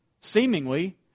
seemingly